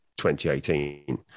2018